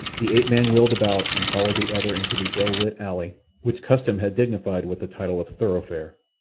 the ape-man wheeled about and followed the other into the ill-lit alley, which custom had dignified with the title of thoroughfare.